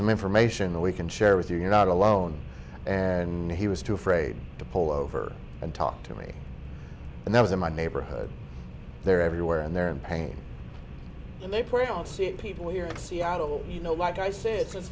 some information that we can share with you you're not alone and he was too afraid to pull over and talk to me and that was in my neighborhood they're everywhere and they're in pain and they prey on scene people here in seattle you know like i sa